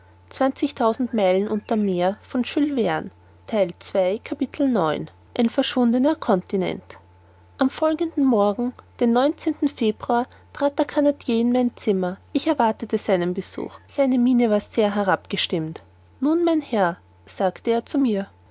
neuntes capitel ein verschwundener continent am folgenden morgen den neunzehn februar trat der canadier in mein zimmer ich erwartete seinen besuch seine miene war sehr herabgestimmt nun mein herr sagte er zu mir